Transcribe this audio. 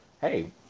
hey